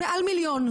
מעל מיליון.